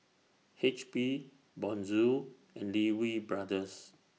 H P Bonjour and Lee Wee Brothers